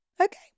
Okay